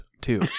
Two